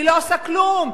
היא לא עושה כלום.